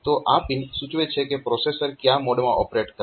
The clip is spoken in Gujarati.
તો આ પિન સૂચવે છે કે પ્રોસેસર ક્યાં મોડમાં ઓપરેટ કરશે